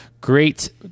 great